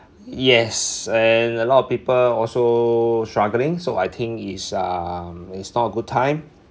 yes and a lot of people also struggling so I think it's um it's not a good time